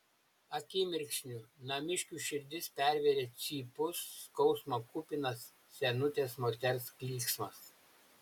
akimirksniu namiškių širdis pervėrė cypus skausmo kupinas senutės moters klyksmas